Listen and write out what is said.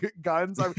guns